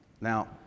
Now